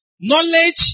Knowledge